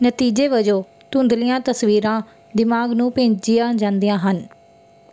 ਨਤੀਜੇ ਵਜੋਂ ਧੁੰਦਲੀਆਂ ਤਸਵੀਰਾਂ ਦਿਮਾਗ਼ ਨੂੰ ਭੇਜੀਆਂ ਜਾਂਦੀਆਂ ਹਨ